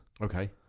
Okay